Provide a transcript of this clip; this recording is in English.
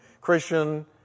Christian